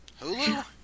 Hulu